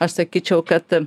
aš sakyčiau kad